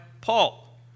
Paul